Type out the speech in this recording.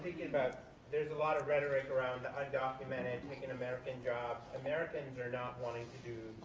there's a lot rhetoric around the undocumented, hidden american jobs. americans are not wanting to do,